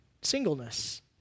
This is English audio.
singleness